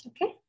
Okay